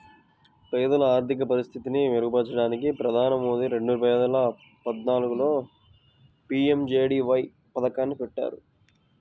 పేదల ఆర్థిక పరిస్థితిని మెరుగుపరచడానికి ప్రధాని మోదీ రెండు వేల పద్నాలుగులో పీ.ఎం.జే.డీ.వై పథకాన్ని పెట్టారు